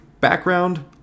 background